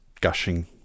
gushing